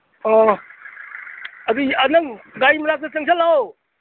ꯑꯣ ꯑꯗꯨ ꯅꯪ ꯒꯥꯔꯤ ꯃꯅꯥꯛꯇ ꯆꯪꯖꯜꯂꯣ